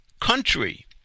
country